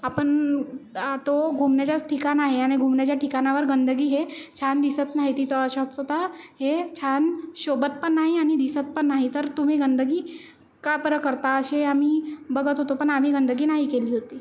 आपण तो घुमण्याचं ठिकाण आहे आणि घुमण्याच्या ठिकाणावर गंदगी हे छान दिसत नाही तिथं अशा हे छान शोभत पण नाही आणि दिसत पण नाही तर तुम्ही गंदगी का बरं करता असे आम्ही बघत होतो पण आम्ही गंदगी नाही केली होती